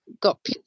got